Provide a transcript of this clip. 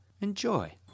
Enjoy